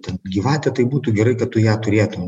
ten gyvatė tai būtų gerai kad tu ją turėtum